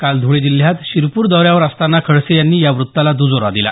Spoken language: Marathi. काल धुळे जिल्ह्यात शिरपूर दौऱ्यावर असताना खडसे यांनी या व्रत्ताला द्रजोरा दिला